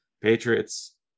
patriots